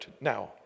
now